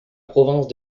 province